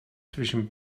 zwischen